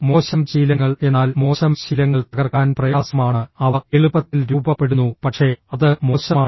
മോശം ശീലങ്ങൾ എന്നാൽ മോശം ശീലങ്ങൾ തകർക്കാൻ പ്രയാസമാണ് അവ എളുപ്പത്തിൽ രൂപപ്പെടുന്നു പക്ഷേ അത് മോശമാണ്